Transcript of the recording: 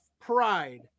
pride